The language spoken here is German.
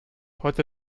heute